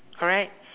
correct